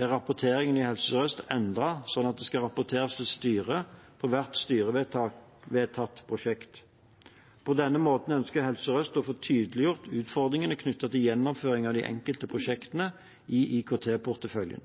er rapporteringen i Helse Sør-Øst endret slik at det skal rapporteres til styret på hvert styrevedtatt prosjekt. På denne måten ønsker Helse Sør-Øst å få tydeliggjort utfordringene knyttet til gjennomføringen av de enkelte prosjektene i IKT-porteføljen.